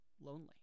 lonely